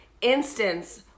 instance